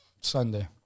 Sunday